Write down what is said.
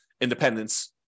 independence